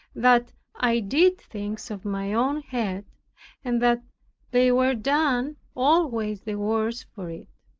that i did things of my own head and that they were done always the worse for it.